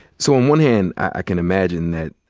so on one hand, i can imagine that,